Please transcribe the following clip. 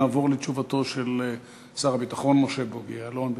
נעבור לתשובתו של שר הביטחון משה בוגי יעלון.